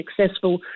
successful